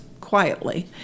quietly